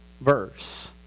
verse